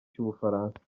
cy’ubufaransa